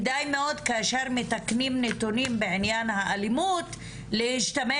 כדאי מאוד כאשר מתקנים נתונים בעניין האלימות להשתמש